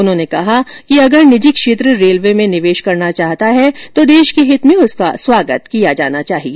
उन्होंने कहा कि अगर निजी क्षेत्र रेलवे में निवेश करना चाहता है तो देश के हित में उसका स्वागत किया जाना चाहिए